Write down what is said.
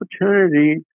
opportunity